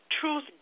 Truth